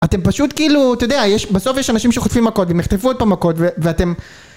אתם פשוט כאילו, אתה יודע יש, בסוף יש אנשים שחוטפים מכות, והם יחטפו עוד פעם מכות, ו-ואתם,